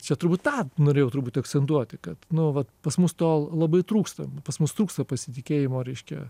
čia turbūt tą norėjau turbūt akcentuoti kad nu vat pas mus to labai trūksta pas mus trūksta pasitikėjimo reiškia